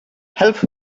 help